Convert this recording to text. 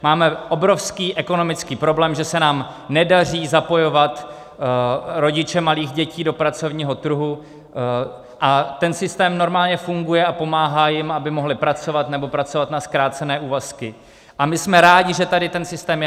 Máme obrovský ekonomický problém, že se nám nedaří zapojovat rodiče malých dětí do pracovního trhu, a ten systém normálně funguje a pomáhá jim, aby mohli pracovat nebo pracovat na zkrácené úvazky, a my jsme rádi, že tady ten systém je.